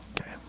okay